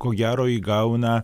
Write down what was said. ko gero įgauna